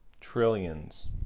Trillions